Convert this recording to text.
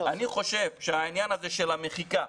אני חושב שהעניין הזה של המחיקה,